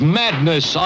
madness